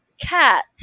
cat